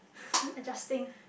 adjusting